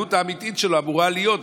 כשהעלות האמיתית שלו אמורה להיות,